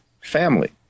family